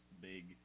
big